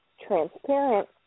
transparent